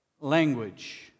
language